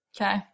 Okay